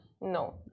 no